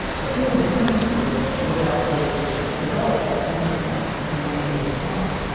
the field of chemistry was actually developed in france around this time.